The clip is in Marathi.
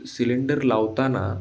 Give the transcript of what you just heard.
सिलेंडर लावताना